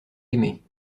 aimé